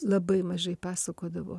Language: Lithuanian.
labai mažai pasakodavo